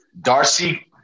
Darcy